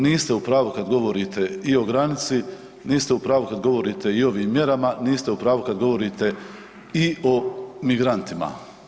Niste u pravu kad govorite i o granici, niste u pravu kad govorite i o ovim mjerama, niste u pravu kad govorite i o migrantima.